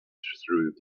through